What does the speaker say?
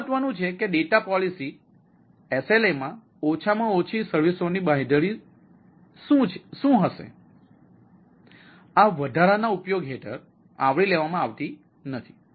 તે મહત્ત્વનું છે કે ડેટા પોલિસી SLAમાં ઓછામાં ઓછી સર્વિસઓની બાંયધરી શું હશે આ વધારાના ઉપયોગો હેઠળ આવરી લેવામાં આવી નથી